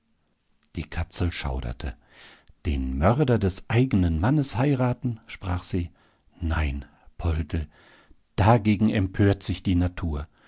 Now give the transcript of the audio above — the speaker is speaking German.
die katzel schauderte den mörder des eigenen mannes heiraten sprach sie nein poldl dagegen empört sich die natur